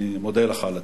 אני מודה לך על התיקון.